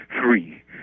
three